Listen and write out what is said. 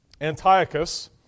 Antiochus